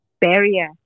barrier